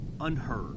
unheard